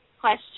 question